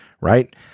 right